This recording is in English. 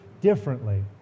differently